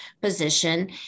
position